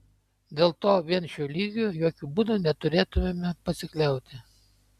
dėl to vien šiuo lygiu jokiu būdu neturėtumėme pasikliauti